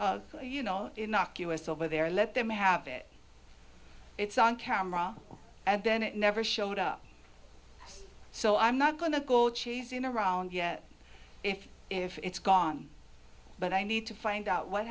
of you know innocuous over there let them have it it's on camera and then it never showed up so i'm not going to go chasing around yet if it's gone but i need to find out what